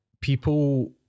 people